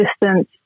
distance